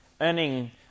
earning